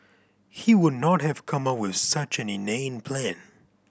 he would not have come up with such an inane plan